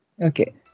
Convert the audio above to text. okay